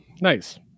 Nice